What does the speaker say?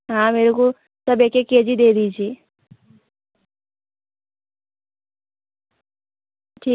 हाँ मेरे को सब एक एक के जी दे दीजिए ठीक